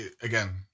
again